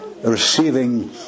receiving